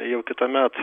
jau kitąmet